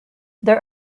there